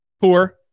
Poor